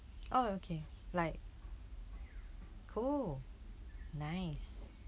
oh okay like cool nice